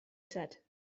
said